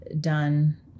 done